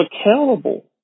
accountable